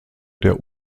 der